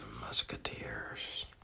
musketeers